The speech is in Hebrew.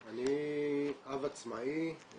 אני אב עצמאי,